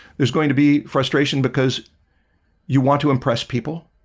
there's going to be frustration because you want to impress people?